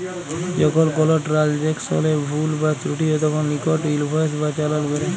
যখল কল ট্রালযাকশলে ভুল বা ত্রুটি হ্যয় তখল ইকট ইলভয়েস বা চালাল বেরাই